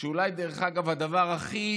שאולי, דרך אגב, הדבר הכי